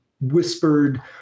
whispered